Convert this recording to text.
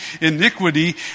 iniquity